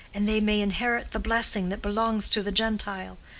and they may inherit the blessing that belongs to the gentile.